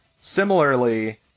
similarly